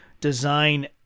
design